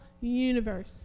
universe